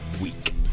week